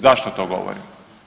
Zašto to govorim?